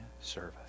service